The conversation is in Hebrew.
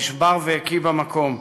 נשבר והקיא במקום.